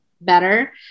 better